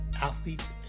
athletes